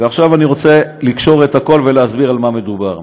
ועכשיו אני רוצה לקשור את הכול ולהסביר במה מדובר.